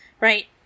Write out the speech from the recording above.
right